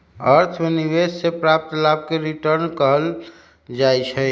अर्थ में निवेश से प्राप्त लाभ के रिटर्न कहल जाइ छइ